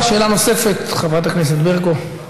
שאלה נוספת, חברת הכנסת ברקו.